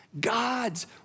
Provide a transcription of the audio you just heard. God's